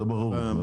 זה ברור.